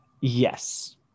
Yes